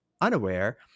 unaware